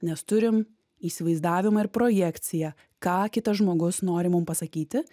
nes turim įsivaizdavimą ir projekciją ką kitas žmogus nori mum pasakyti